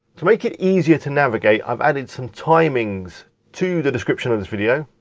to make it easier to navigate, i've added some timings to the description of this video.